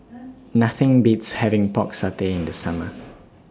Nothing Beats having Pork Satay in The Summer